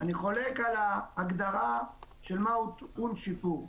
אני חולק על ההגדרה של "טעון שיפור".